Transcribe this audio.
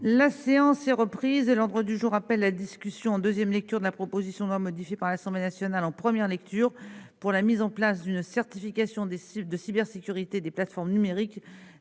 La séance est reprise. L'ordre du jour appelle la discussion en deuxième lecture, à la demande du groupe Union Centriste, de la proposition de loi, modifiée par l'Assemblée nationale en première lecture, pour la mise en place d'une certification de cybersécurité des plateformes numériques